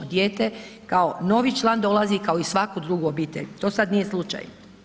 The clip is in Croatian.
Dijete kao novi član dolazi, kao i u svaku drugu obitelj, to sad nije slučaj.